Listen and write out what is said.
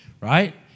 right